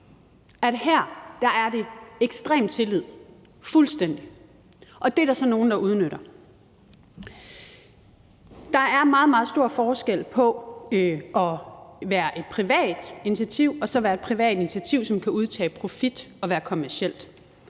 at her er der ekstrem tillid, fuldstændig, og det er der så nogle der udnytter. Der er meget, meget stor forskel på at være et privat initiativ og så være et privat initiativ, som kan udtage profit og være kommercielt.